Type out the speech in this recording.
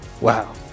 Wow